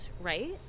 right